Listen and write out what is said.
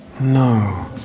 No